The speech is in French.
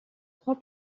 trois